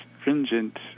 stringent